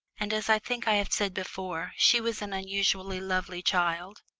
and as i think i have said before, she was an unusually lovely child.